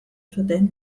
zuten